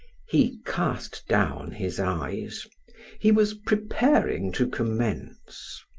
he cast down his eyes he was preparing to commence.